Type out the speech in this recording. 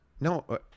No